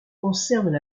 concernent